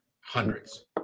hundreds